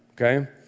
okay